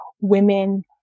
women